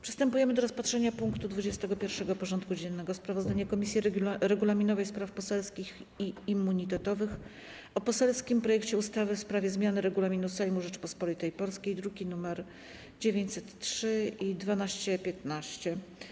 Przystępujemy do rozpatrzenia punktu 21. porządku dziennego: Sprawozdanie Komisji Regulaminowej, Spraw Poselskich i Immunitetowych o poselskim projekcie uchwały w sprawie zmiany Regulaminu Sejmu Rzeczypospolitej Polskiej (druki nr 903 i 1215)